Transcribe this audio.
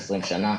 20 שנה